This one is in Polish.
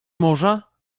morza